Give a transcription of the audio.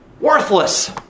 Worthless